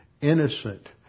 innocent